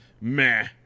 meh